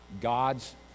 God's